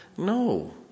No